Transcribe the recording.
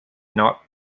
not